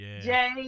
Jay